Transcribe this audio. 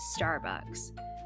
starbucks